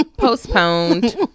Postponed